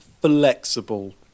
Flexible